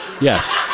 Yes